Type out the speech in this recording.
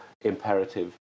imperative